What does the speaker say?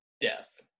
death